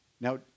Now